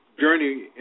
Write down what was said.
journey